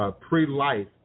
pre-life